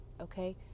okay